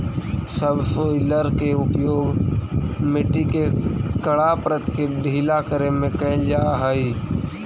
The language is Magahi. सबसॉइलर के उपयोग मट्टी के कड़ा परत के ढीला करे में कैल जा हई